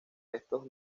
restos